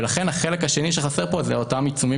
לכן החלק השני שחסר פה זה אותם עיצומים